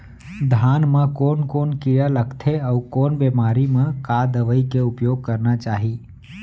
धान म कोन कोन कीड़ा लगथे अऊ कोन बेमारी म का दवई के उपयोग करना चाही?